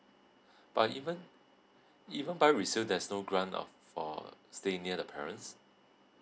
but even even buy resale there's no grant of for staying near the parents